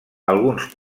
alguns